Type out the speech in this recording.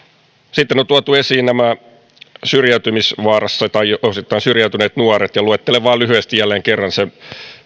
sitten on on tuotu esiin nämä syrjäytymisvaarassa olevat tai jo osittain syrjäytyneet nuoret luettelen vain lyhyesti jälleen kerran sen pitkä